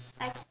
I